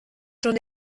schon